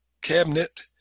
cabinet